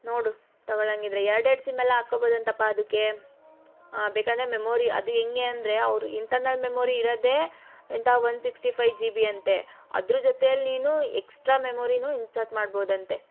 ನೋಡು ತಗೊಳಂಗೆ ಇದ್ದರೆ ಎರಡು ಎರಡು ಸಿಮ್ಮೆಲ್ಲ ಹಾಕೊಬೋದಂತಪ್ಪ ಅದಕ್ಕೆ ಬೇಕೆಂದ್ರೆ ಮೆಮೊರಿ ಅದು ಹೆಂಗೆ ಅಂದರೆ ಅವರು ಇಂಟರ್ನಲ್ ಮೆಮೊರಿ ಇರೋದೇ the one sixty five G B ಅಂತೆ ಅದ್ರ ಜೊತೆಯಲ್ಲಿ ನೀನು ಎಕ್ಸ್ಟ್ರಾ ಮೆಮೊರಿಯು ಇನ್ಸರ್ಟ್ ಮಾಡ್ಬೋದಂತೆ